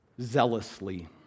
zealously